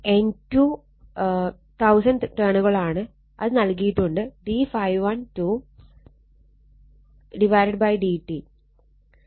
N2 1000 ടേണുകളാണ് അത് നൽകിയിട്ടുണ്ട് d ∅12 d t